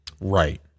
Right